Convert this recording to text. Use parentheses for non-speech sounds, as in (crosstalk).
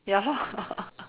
ya lor (laughs)